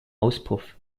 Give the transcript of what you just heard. auspuff